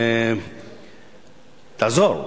תעזור,